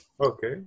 Okay